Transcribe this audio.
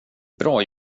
bra